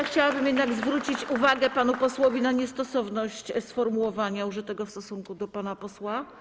Chciałabym jednak zwrócić uwagę panu posłowi na niestosowność sformułowania użytego w stosunku do pana posła.